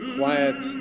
quiet